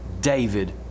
David